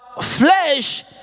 flesh